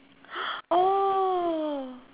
oh